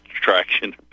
attraction